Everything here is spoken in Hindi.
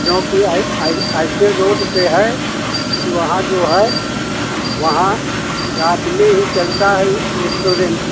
क्योंकि आइ आइ ऐसे रोड पर है वहाँ जो है वहाँ रात में ही चलता है रेस्टोरेंट